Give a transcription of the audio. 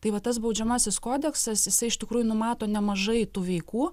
tai va tas baudžiamasis kodeksas jisai iš tikrųjų numato nemažai tų veikų